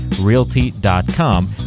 realty.com